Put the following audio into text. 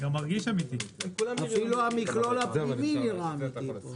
אפילו המכלול הפנימי נראה אמיתי.